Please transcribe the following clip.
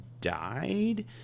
died